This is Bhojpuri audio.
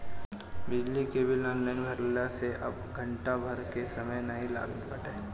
बिजली के बिल ऑनलाइन भरला से अब घंटा भर के समय नाइ लागत बाटे